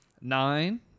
nine